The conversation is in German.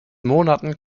monaten